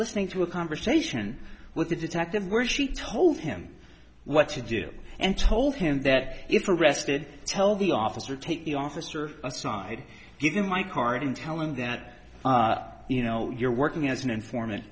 listening to a conversation with a detective where she told him what to do and told him that it's arrested tell the officer take the officer aside give him my card and tell him that you know you're working as an informant